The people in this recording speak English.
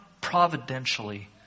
providentially